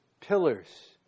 pillars